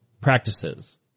practices